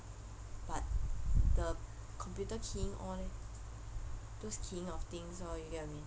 but the computer keying all eh those keying of things lor you get what I mean